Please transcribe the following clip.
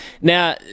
Now